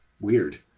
weird